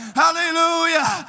hallelujah